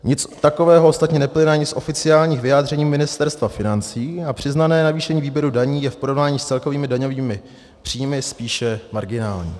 Nic takového ostatně neplyne ani z oficiálních vyjádření Ministerstva financí a přiznané navýšení výběru daní je v porovnání s celkovými daňovými příjmy spíše marginální.